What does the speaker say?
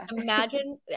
imagine